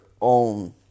own